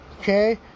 Okay